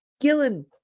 Gillen